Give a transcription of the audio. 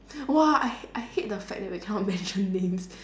!wah! I hate I hate the fact that we cannot mention names